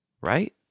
Right